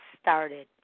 started